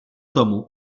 tomu